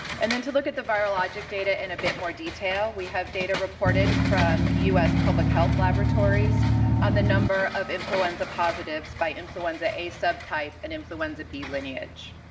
and then to look at the virologic data in a bit more detail we have data reported from us public health laboratories on the number of influenza positives by influenza a subtype and influenza b lineage.